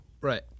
Right